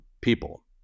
people